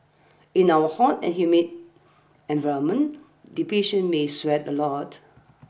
in our hot and humid environment the patients may sweat a lot